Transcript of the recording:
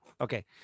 Okay